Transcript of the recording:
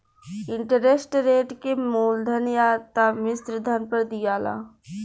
interest rate के मूलधन या त मिश्रधन पर दियाला